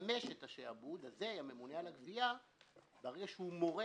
ממונה על הגבייה רשאי להטיל שעבוד בין אם זה הנכס --- שעבוד אינהרנטי,